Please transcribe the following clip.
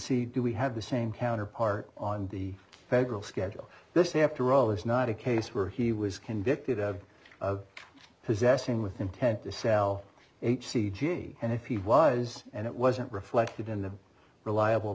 see do we have the same counterpart on the federal schedule this after all is not a case where he was convicted of of possessing with intent to sell h c g and if he was and it wasn't reflected in the reliable